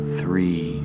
three